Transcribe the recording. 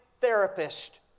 therapist